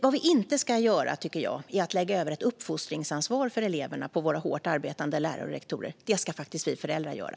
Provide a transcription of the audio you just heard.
Vad vi inte ska göra, tycker jag, är att lägga över ett uppfostringsansvar för eleverna på våra hårt arbetande lärare och rektorer. Det får faktiskt vi föräldrar sköta.